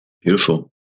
Beautiful